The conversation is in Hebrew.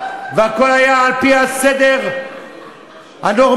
והכול היה על-פי הסדר הנורמטיבי.